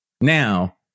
Now